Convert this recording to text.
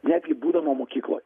netgi būdama mokykloj